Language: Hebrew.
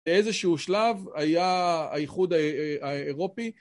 באיזשהו שלב היה האיחוד האירופי.